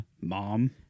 mom